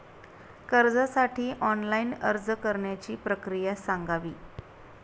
कर्जासाठी ऑनलाइन अर्ज करण्याची प्रक्रिया सांगावी